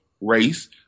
race